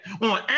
on